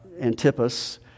Antipas